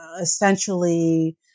essentially